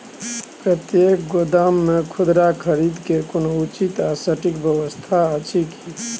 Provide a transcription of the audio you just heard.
की प्रतेक गोदाम मे खुदरा खरीद के कोनो उचित आ सटिक व्यवस्था अछि की?